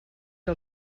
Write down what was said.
que